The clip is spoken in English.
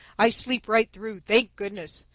i sleep right through, thank goodness.